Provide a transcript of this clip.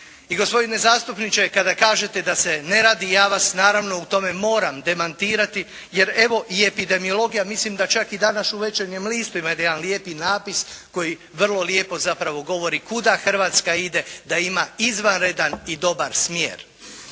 I gospodine zastupniče, kada kažete da se ne radi ja vas naravno u tome moram demantirati jer evo i epidemiologija, ja mislim da čak i danas u "Večernjem listu" ima jedan lijepi napis koji vrlo lijepo zapravo govori kuda Hrvatska ide, da ima izvanredan i dobar smjer.